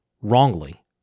wrongly